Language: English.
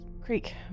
creek